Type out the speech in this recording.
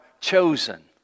chosen